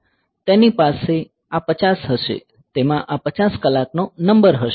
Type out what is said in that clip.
તેની પાસે આ 50 હશે તેમાં આ 50 કલાકનો નંબર હશે